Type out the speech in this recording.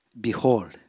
Behold